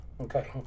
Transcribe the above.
Okay